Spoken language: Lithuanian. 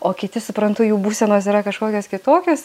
o kiti suprantu jų būsenos yra kažkokios kitokios